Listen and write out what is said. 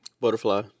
Butterfly